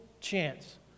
chance